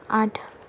आठ